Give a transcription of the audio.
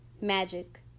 magic